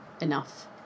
enough